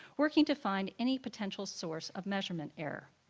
working to find any potential source of measurement error.